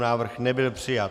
Návrh nebyl přijat.